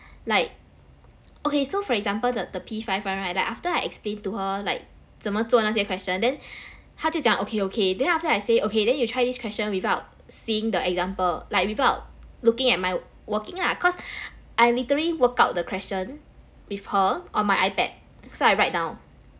like okay so for example that the P five right like after I explain to her like 怎么做那些 question then 他就讲 okay okay then after that I say okay then you try this question without seeing the example like without looking at my working lah cause I literary work out the question with her on my ipad so I write down